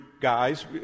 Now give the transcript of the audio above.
guys